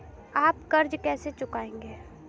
आप कर्ज कैसे चुकाएंगे?